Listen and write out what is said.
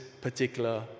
particular